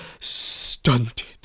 stunted